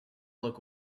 look